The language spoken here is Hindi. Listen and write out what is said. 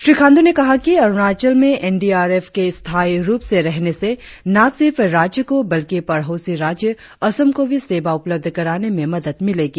श्री खांडू ने कहा कि अरुणाचल में एन डी आर एफ के स्थायी रुप से रहने से न सिर्फ राज्य को बल्कि पड़ोसी राज्य असम को भी सेवा उपलब्ध कराने में मदद मिलेगी